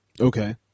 Okay